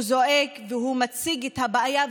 הוא זועק ומציג את הבעיה,